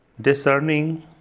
discerning